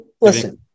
Listen